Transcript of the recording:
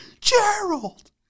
Gerald